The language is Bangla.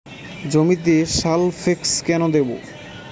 জমিতে সালফেক্স কেন দেবো?